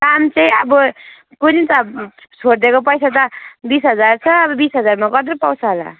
पाँच सय अब कुन्नि त अब छोडिदिएको पैसा त बिस हजार छ अब बिस हजारमा कत्रो पाउँछ होला